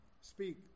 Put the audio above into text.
Speak